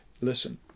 Listen